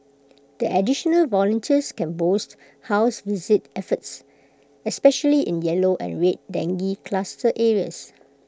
the additional volunteers can boost house visit efforts especially in yellow and red dengue cluster areas